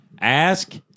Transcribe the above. Ask